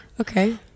Okay